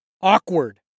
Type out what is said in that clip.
awkward